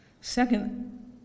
Second